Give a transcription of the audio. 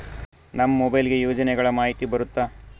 ನಮ್ ಮೊಬೈಲ್ ಗೆ ಯೋಜನೆ ಗಳಮಾಹಿತಿ ಬರುತ್ತ?